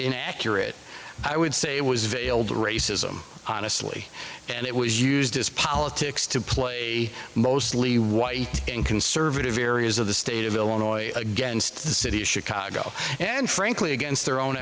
accurate i would say it was veiled racism honestly and it was used as politics to play mostly white conservative areas of the state of illinois against the city of chicago and frankly against their own